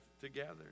together